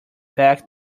back